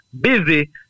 busy